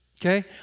Okay